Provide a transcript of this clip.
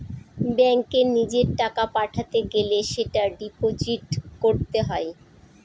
ব্যাঙ্কে নিজের টাকা পাঠাতে গেলে সেটা ডিপোজিট করতে হয়